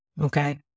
Okay